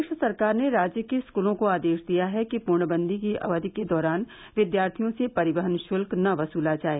प्रदेश सरकार ने राज्य के स्कूलों को आदेश दिया है कि पूर्णवंदी की अवधि के दौरान विद्यार्थियों से परिवहन शुल्क न वसूला जाए